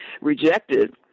rejected